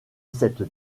cette